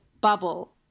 bubble